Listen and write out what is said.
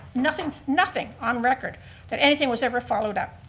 nothing nothing on record that anything was ever followed up.